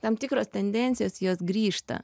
tam tikros tendencijos jos grįžta